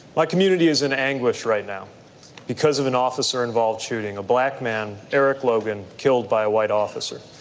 my community is in anguish right now because of an officer-involved shooting, a black man, eric logan, killed by a white officer.